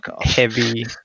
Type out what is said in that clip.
heavy